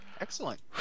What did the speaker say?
Excellent